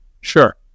Sure